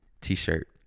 T-shirt